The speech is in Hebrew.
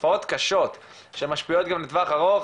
תופעות קשות שמשפיעות גם לטווח הארוך.